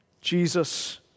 Jesus